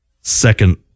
second